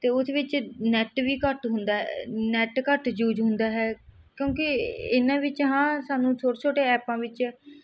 ਅਤੇ ਉਸ ਵਿੱਚ ਨੈੱਟ ਵੀ ਘੱਟ ਹੁੰਦਾ ਨੈਟ ਘੱਟ ਯੂਜ ਹੁੰਦਾ ਹੈ ਕਿਉਂਕਿ ਇਹਨਾਂ ਵਿੱਚ ਹਾਂ ਸਾਨੂੰ ਛੋਟੇ ਛੋਟੇ ਐਪਾਂ ਵਿੱਚ